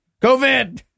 COVID